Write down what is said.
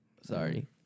Sorry